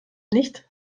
nicht